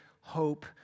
hope